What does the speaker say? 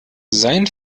sein